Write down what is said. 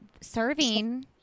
serving